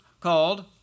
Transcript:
called